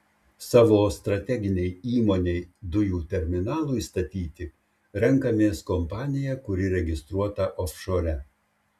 savo strateginei įmonei dujų terminalui statyti renkamės kompaniją kuri registruota ofšore